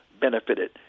benefited